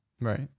Right